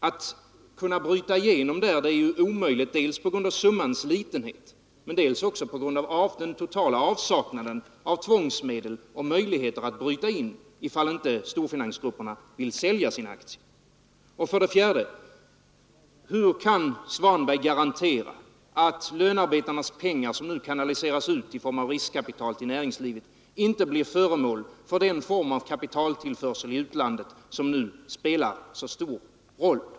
Att kunna bryta igenom där är omöjligt dels på grund av summans litenhet, dels också på grund av den totala avsaknaden av tvångsmedel och möjligheter att bryta in ifall inte storfinansgrupperna vill sälja sina aktier. Slutligen: Hur kan herr Svanberg garantera att lönearbetarnas pengar, som nu kanaliseras ut i form av riskkapital till näringslivet, inte blir föremål för den form av kapitaltillförsel till utlandet som nu spelar så stor roll?